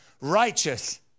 righteous